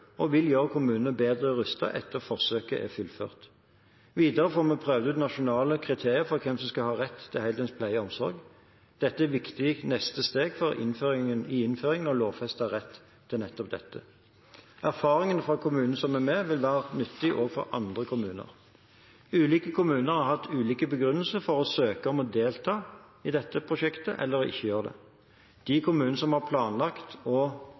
og vil gjøre kommunene bedre rustet etter at forsøket er fullført. Videre får vi prøvd ut nasjonale kriterier for hvem som skal ha rett til heldøgns pleie og omsorg. Det er viktig for neste steg i innføringen av lovfestet rett til nettopp dette. Erfaringene fra kommunene som er med, vil være nyttige også for andre kommuner. Ulike kommuner har hatt ulike begrunnelser for å søke om å delta i dette prosjektet eller for ikke å gjøre det. De kommunene som har planlagt